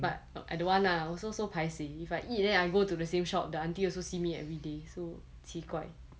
but I don't want lah also so paiseh if I eat then I go to the same shop the aunty also see me everyday so 奇怪